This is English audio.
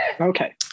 okay